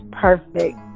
perfect